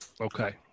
okay